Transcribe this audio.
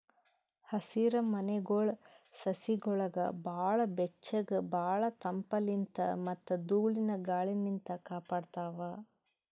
ಹಸಿರಮನೆಗೊಳ್ ಸಸಿಗೊಳಿಗ್ ಭಾಳ್ ಬೆಚ್ಚಗ್ ಭಾಳ್ ತಂಪಲಿನ್ತ್ ಮತ್ತ್ ಧೂಳಿನ ಗಾಳಿನಿಂತ್ ಕಾಪಾಡ್ತಾವ್